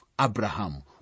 Abraham